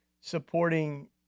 supporting